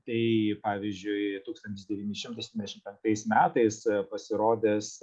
tai pavyzdžiui tūkstantis devyni šimtai septyniasdešimt penktais metais pasirodęs